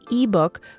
ebook